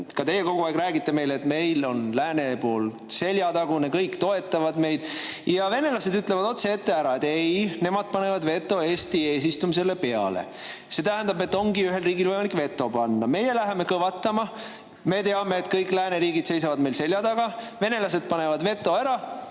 et teie kogu aeg räägite meile, et lääs on meie selja taga, kõik toetavad meid. Aga venelased ütlevad ju otse ette ära, et ei, nemad panevad Eesti eesistumisele veto. See tähendab, et ongi ühel riigil võimalik veto panna. Meie läheme kõvatama. Me teame, et kõik lääneriigid seisavad meie selja taga, aga venelased panevad veto ära